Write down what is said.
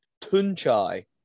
Tunchai